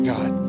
God